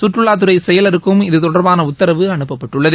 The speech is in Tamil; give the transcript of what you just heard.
சுற்றுலாத்துறை செயலருக்கும் இது தொடர்பான உத்தரவு அனுப்பப்பட்டுள்ளது